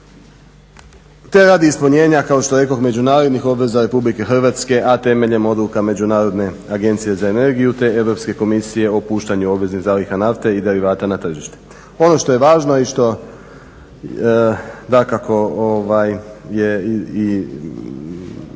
te radi ispunjenja kao što rekoh međunarodnih obveza Republike Hrvatske, a temeljem odluka međunarodne agencije za energiju te europske komisije o puštanju obveznih zaliha nafte i derivata na tržište. Ono što je važno i što